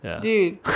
dude